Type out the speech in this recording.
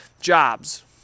Jobs